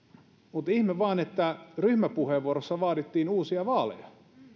mutta ihme vain että ryhmäpuheenvuorossa vaadittiin uusia vaaleja